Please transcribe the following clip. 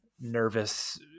nervous